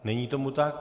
Není tomu tak.